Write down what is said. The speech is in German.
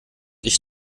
ich